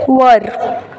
वर